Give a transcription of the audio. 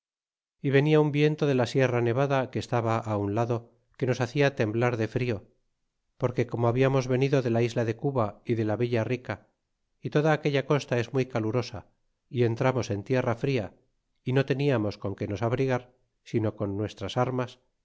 y venia un viento de la sierra nevada que estaba un lado que nos hacia temblar de frio porque como babiamos venido de la isla de cuba y de la villa rica y toda aquella costa es muy calurosa y entramos en tierra fria y no teniamos con que nos abrigar sino con nuestras armas